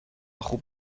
خوب